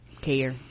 care